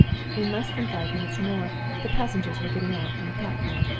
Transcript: in less than five minutes more the passengers were getting out on the platform.